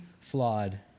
flawed